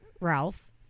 Ralph